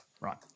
Right